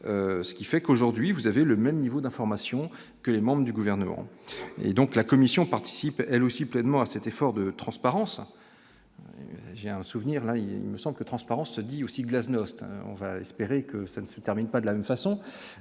ce qui fait qu'aujourd'hui vous avez le même niveau d'informations que les membres du gouvernement et donc la commission participer elle aussi pleinement à cet effort de transparence. J'ai un souvenir là ils ne sont que transparence se dit aussi Glasnost on va espérer que ça ne se termine pas de la même façon,